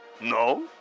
No